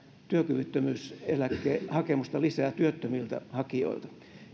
työkyvyttömyyseläkehakemusta työttömiltä hakijoilta